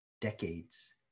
decades